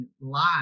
live